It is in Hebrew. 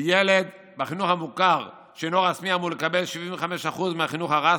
וילד בחינוך המוכר שאינו רשמי אמור לקבל 75% מהחינוך הרשמי,